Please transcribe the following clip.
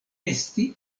esti